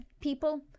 people